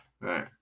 right